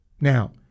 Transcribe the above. Now